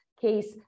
case